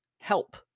help